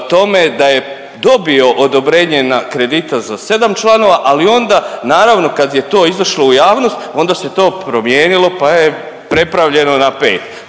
tome da je dobio odobrenje na kredita za 7 članova ali onda naravno kad je to izašlo u javnost onda se to promijenilo pa je prepravljeno na 5,